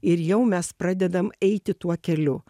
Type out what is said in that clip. ir jau mes pradedam eiti tuo keliu